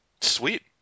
Sweet